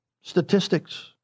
statistics